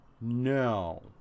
No